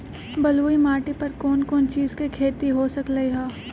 बलुई माटी पर कोन कोन चीज के खेती हो सकलई ह?